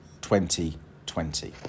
2020